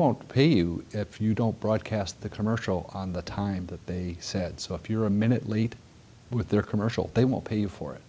won't pay you if you don't broadcast the commercial on the time that they said so if you're a minute late with their commercial they will pay you for it